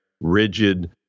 rigid